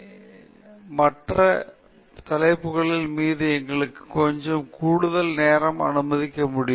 சுருக்கம் பத்து நிமிடங்கள் எடுக்கக்கூடாது எனவே இந்த மற்ற மூன்று தலைப்புகள் மீது எங்களுக்கு கொஞ்சம் கூடுதல் நேரம் அனுமதிக்க முடியும்